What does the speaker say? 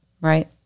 Right